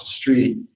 street